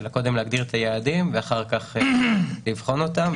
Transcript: אלא קודם להגדיר את היעדים ואחר כך לבחון אותם.